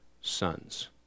sons